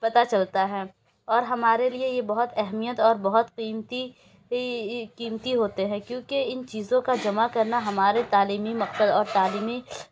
پتا چلتا ہے اور ہمارے لیے یہ بہت اہمیت اور بہت قیمتی قیمتی ہوتے ہیں کیونکہ ان چیزوں کا جمع کرنا ہمارے تعلیمی مقصد اور تعلیمی